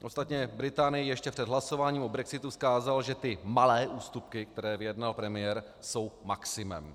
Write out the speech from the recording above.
Ostatně Británii ještě před hlasováním o brexitu vzkázal, že ty malé ústupky, které vyjednal premiér, jsou maximem.